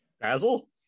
Basil